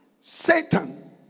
Satan